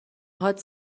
هات